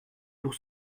pour